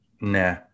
Nah